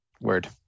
Word